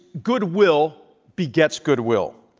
goodwill begets goodwill.